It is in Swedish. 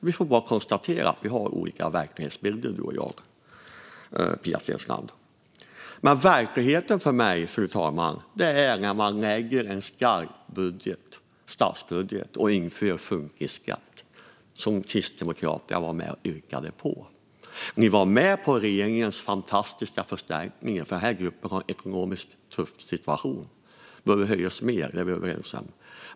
Vi får bara konstatera att vi har olika verklighetsbilder, du och jag, Pia Steensland. Verkligheten för mig, fru talman, är när man lägger fram en skarp statsbudget och inför en funkisskatt, vilket Kristdemokraterna var med och yrkade bifall till. Ni var med på regeringens fantastiska förstärkning, för den här gruppen har en ekonomiskt tuff situation. Det behöver höjas mer; detta är vi överens om.